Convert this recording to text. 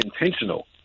intentional